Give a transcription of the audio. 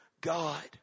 God